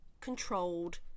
controlled